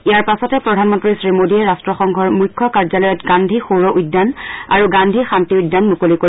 ইয়াৰ পাছতে প্ৰধানমন্ত্ৰী শ্ৰীমোডীয়ে ৰাষ্ট্ৰসংঘৰ মুখ্য কাৰ্যালয়ত গান্ধী সৌৰ উদ্যান আৰু গান্ধী শান্তি উদ্যান মুকলি কৰিব